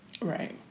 right